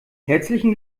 herzlichen